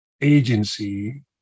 agency